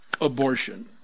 abortion